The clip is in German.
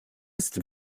ist